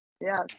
yes